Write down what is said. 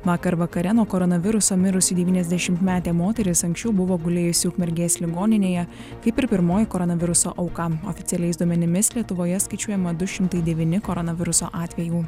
vakar vakare nuo koronaviruso mirusi devyniasdešimtmetė moteris anksčiau buvo gulėjusi ukmergės ligoninėje kaip ir pirmoji koronaviruso auka oficialiais duomenimis lietuvoje skaičiuojama du šimtai devyni koronaviruso atvejų